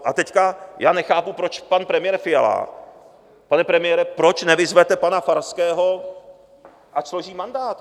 A teď já nechápu, proč pan premiér Fiala, pane premiére, proč nevyzvete pana Farského, ať složí mandát.